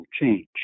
change